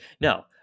no